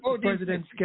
President